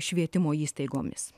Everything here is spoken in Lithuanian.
švietimo įstaigomis